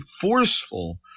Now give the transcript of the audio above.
forceful